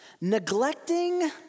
Neglecting